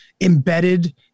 embedded